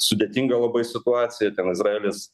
sudėtinga labai situacija ten izraelis